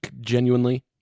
genuinely